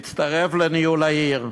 להצטרף לניהול העיר,